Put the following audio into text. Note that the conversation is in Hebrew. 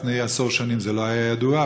לפני עשור זה לא היה ידוע.